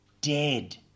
dead